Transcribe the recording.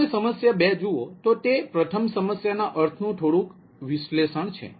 જો તમે સમસ્યા 2 જુઓ તો તે પ્રથમ સમસ્યાના અર્થનું થોડું વિલેવલણ છે